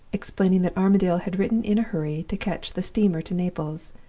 explaining that armadale had written in a hurry to catch the steamer to naples,